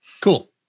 Cool